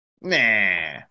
nah